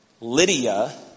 Lydia